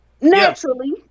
naturally